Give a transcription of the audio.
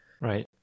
Right